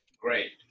great